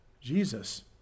Jesus